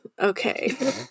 Okay